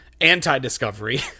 anti-discovery